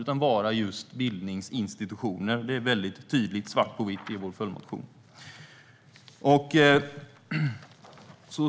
De ska vara just bildningsinstitutioner. Det framgår tydligt svart på vitt i vår följdmotion.